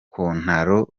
kontaro